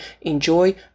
enjoy